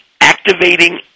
activating